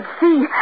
see